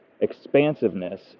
expansiveness